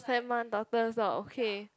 stepmum's daughter's dog okay